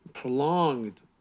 prolonged